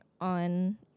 on